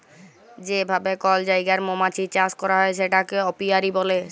যে ভাবে কল জায়গায় মমাছির চাষ ক্যরা হ্যয় সেটাকে অপিয়ারী ব্যলে